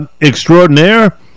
extraordinaire